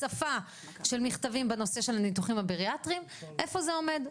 הצפה של מכתבים בנושא של הניתוחים הבריאטריים איפה זה עומד.